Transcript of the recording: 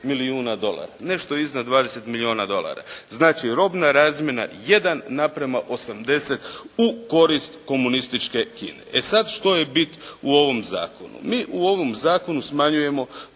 milijuna dolara, nešto iznad 20 milijuna dolara. Znači, robna razmjena jedan naprema osamdeset u korist komunističke Kine. E, sad što je bit u ovom zakonu? Mi u ovom zakonu smanjujemo